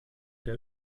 der